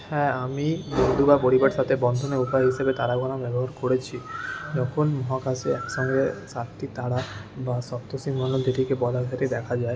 হ্যাঁ আমি বন্ধু বা পরিবারের সাথে বন্ধনের উপায় হিসেবে তারা গোনা করেছি যখন মহাকাশে একসঙ্গে সাতটি তারা বা সপ্তর্ষিমণ্ডলকে দেখে বলা এটি দেখা যায়